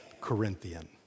Corinthian